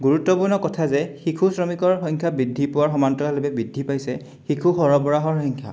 গুৰুত্বপূৰ্ণ কথা যে শিশু শ্ৰমিকৰ সংখ্যা বৃদ্ধি পোৱাৰ সমান্তৰালভাৱে বৃদ্ধি পাইছে শিশু সৰবৰাহৰ সংখ্যা